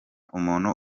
umuntu